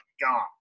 gone